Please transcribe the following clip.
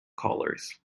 collars